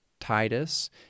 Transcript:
Titus